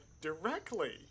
directly